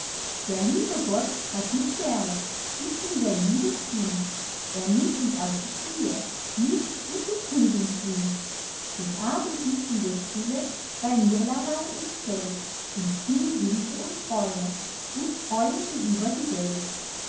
der liebe gott hat mich gerne ich bin sein liebes kind er nimmt uns auf die kniee mich und den frühlingswind des abends sitzen wir stille bei mirlamein im zelt und spinnen wünsche und träume und streuen sie über die welt